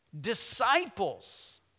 Disciples